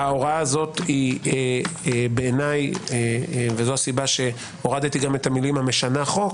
ההוראה הזו בעיניי וזו הסיבה שהורדתי את המילים המשנה חוק